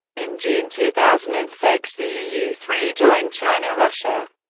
in june two thousand and six, the eu three joined china, russia,